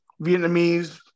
Vietnamese